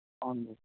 ਹਾਂਜੀ